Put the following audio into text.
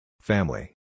Family